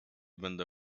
będę